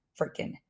freaking